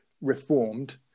reformed